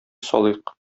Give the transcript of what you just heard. салыйк